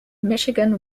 michigan